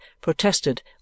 protested